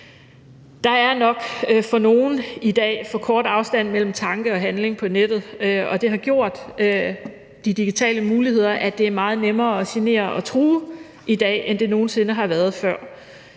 Der er nok i dag for nogen for kort afstand mellem tanke og handling på nettet, og de digitale muligheder har gjort, at det er meget nemmere at genere og true i dag, end det nogen sinde før har været,